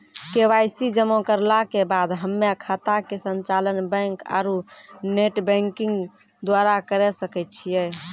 KYC जमा करला के बाद हम्मय खाता के संचालन बैक आरू नेटबैंकिंग द्वारा करे सकय छियै?